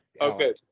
Okay